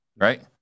Right